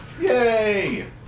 Yay